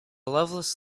loveless